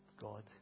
God